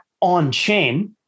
on-chain